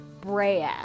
Brea